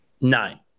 Nine